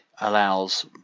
allows